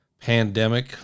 pandemic